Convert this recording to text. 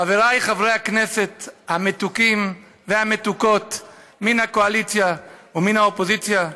חבריי חברי הכנסת המתוקים והמתוקות מן הקואליציה ומן האופוזיציה,